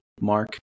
mark